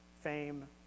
fame